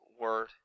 word